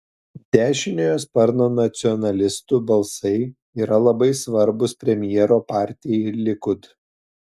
dešiniojo sparno nacionalistų balsai yra labai svarbūs premjero partijai likud